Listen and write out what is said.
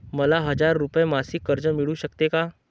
मला हजार रुपये मासिक कर्ज मिळू शकते का?